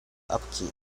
upkeep